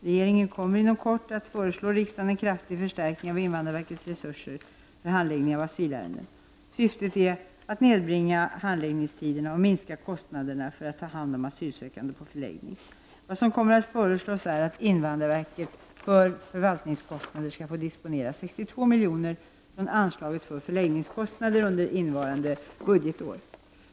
Regeringen kommer inom kort att föreslå riksdagen en kraftig förstärkning av invandrarverkets resurser för handläggning av asylärenden. Syftet är att nedbringa handläggningstiderna och minska kostnaderna för att ta hand om asylsökande på förläggning. Vad som kommer att föreslås är att invandrarverket för förvaltningskostnader skall få disponera 62 milj.kr. från anslaget för förläggningskostnader under innevarande budgetår.